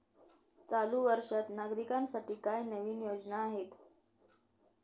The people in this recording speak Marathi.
चालू वर्षात नागरिकांसाठी काय नवीन योजना आहेत?